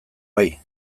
bai